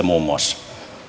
muun muassa